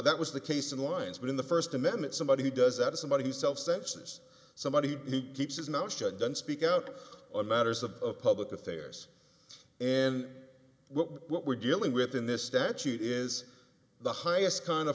that was the case in lines but in the first amendment somebody who does that is somebody who self sensis somebody who keeps is not shut down speak out on matters of public affairs and what we're dealing with in this statute is the highest kind